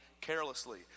carelessly